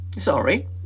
Sorry